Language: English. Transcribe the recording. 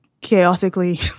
chaotically